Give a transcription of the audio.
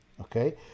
Okay